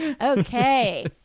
Okay